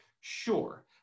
Sure